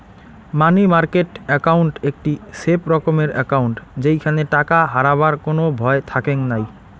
মানি market account একটি safe রকমের account যেইখানে টাকা হারাবার কোনো ভয় থাকেঙ নাই